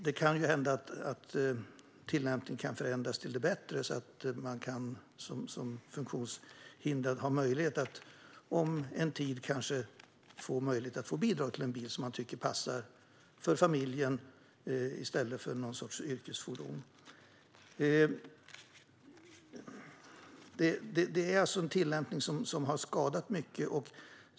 Det kan hända att tillämpningen kan förändras till det bättre så att man som funktionshindrad efter en tid kanske kan få möjlighet att få bidrag till en bil som man tycker passar för familjen, i stället för någon sorts yrkesfordon. Det är alltså en tillämpning som har skadat mycket.